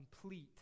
complete